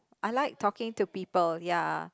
I like talking to people ya